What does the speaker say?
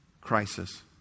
crisis